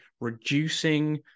reducing